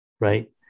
right